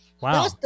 Wow